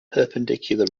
perpendicular